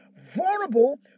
vulnerable